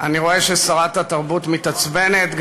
אני רואה ששרת התרבות מתעצבנת.